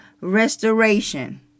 restoration